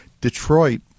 Detroit